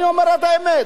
אני אומר את האמת.